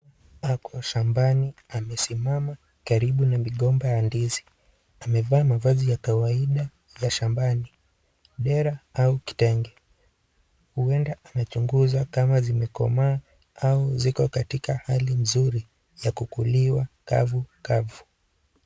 Ako shambani amesimama karibu na migomba ya ndizi. Amevaa mavazi ya kawaida ya shambani; dera au kitenge. Huenda anachunguza kama zimekomaa au ziko katika hali nzuri ya kukuliwa kavukavu.